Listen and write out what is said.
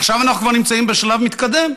עכשיו אנחנו כבר נמצאים בשלב מתקדם.